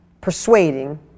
persuading